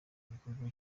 igikorwa